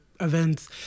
events